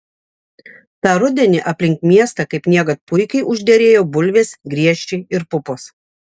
tą rudenį aplink miestą kaip niekad puikiai užderėjo bulvės griežčiai ir pupos